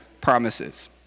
promises